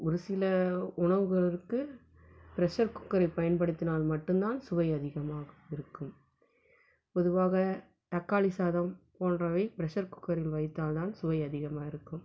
ஒரு சில உணவுகளுக்கு ப்ரெஷர் குக்கரை பயன்படுத்தினால் மட்டுந்தான் சுவை அதிகமாக இருக்கும் பொதுவாக தக்காளி சாதம் போன்றவை ப்ரெஷர் குக்கரில் வைத்தால் தான் சுவை அதிகமாக இருக்கும்